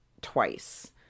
twice